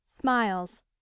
smiles